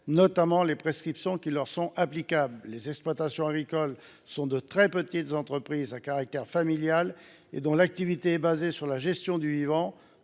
notamment les prescriptions qui leur sont applicables. Les exploitations agricoles sont de très petites entreprises, à caractère familial. Leur activité est fondée sur la gestion du vivant.